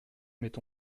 met